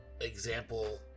Example